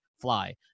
fly